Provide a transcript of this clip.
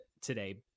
today